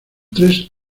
tres